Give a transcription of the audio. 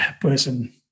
person